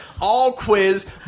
all-quiz